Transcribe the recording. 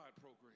program